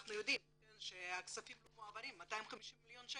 ואנחנו יודעים שהכספים לא מועברים 250 מיליון שקל.